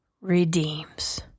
redeems